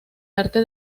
arte